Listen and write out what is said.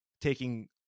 taking